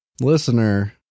listener